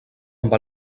amb